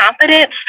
confidence